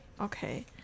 Okay